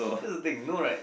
that's the thing no right